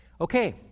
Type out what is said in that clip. Okay